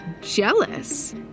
jealous